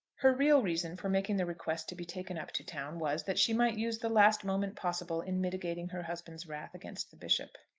her real reason for making the request to be taken up to town was, that she might use the last moment possible in mitigating her husband's wrath against the bishop.